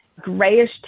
grayish